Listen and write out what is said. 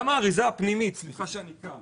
גם האריזה הפנימית סליחה שאני קם